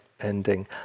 ending